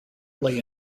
lay